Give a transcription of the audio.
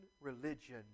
religion